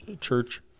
church